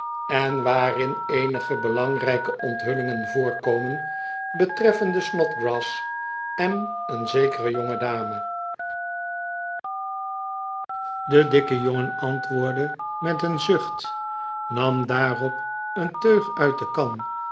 en w o o r d i g h ei d van geest s de dikke jongen antwoordde met een zucht nam daarop een teug uit de kan